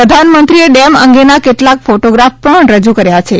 પ્રધાનમંત્રીએ ડેમ અંગેના કેટલાંક ફોટોગ્રાફ પણ રજૂ કર્યા છે